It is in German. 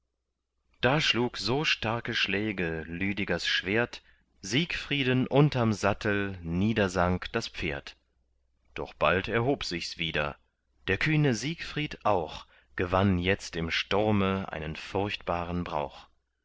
da schlug so starke schläge lüdegers schwert siegfrieden unterm sattel niedersank das pferd doch bald erhob sichs wieder der kühne siegfried auch gewann jetzt im sturme einen furchtbaren brauch